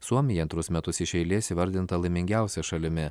suomija antrus metus iš eilės įvardinta laimingiausia šalimi